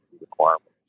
requirements